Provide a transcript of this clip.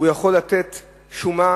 הוא יכול לתת שומה